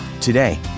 Today